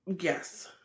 Yes